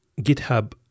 GitHub